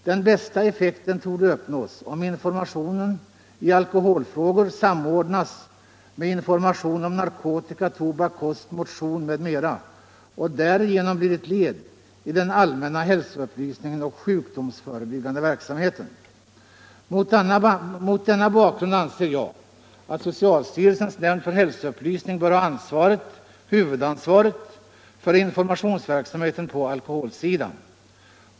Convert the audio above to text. Den bästa effekten torde uppnås om informationen i alkoholfrågor samordnas med information om narkotika, tobak, kost, motion m.m. och därigenom blir ett led i den allmänna hälsoupplysningen och den sjukdomsförebyggande verksamheten. Mot denna bakgrund anser jag att socialstyrelsens nämnd för hälsoupplysning bör ha huvudansvaret för informationsverksamheten på alkoholsidan.